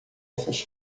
essas